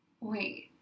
wait